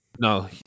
No